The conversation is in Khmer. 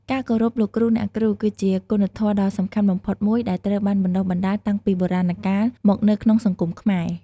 ការគោរពលោកគ្រូ អ្នកគ្រូ គឺជាគុណធម៌ដ៏សំខាន់បំផុតមួយ ដែលត្រូវបានបណ្ដុះបណ្ដាលតាំងពីបុរាណកាលមកនៅក្នុងសង្គមខ្មែរ។